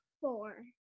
Four